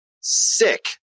sick